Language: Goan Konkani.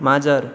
माजर